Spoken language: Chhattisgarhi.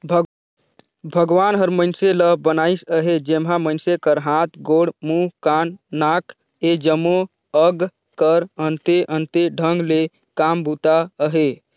भगवान हर मइनसे ल बनाइस अहे जेम्हा मइनसे कर हाथ, गोड़, मुंह, कान, नाक ए जम्मो अग कर अन्ते अन्ते ढंग ले काम बूता अहे